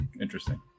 interesting